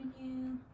menu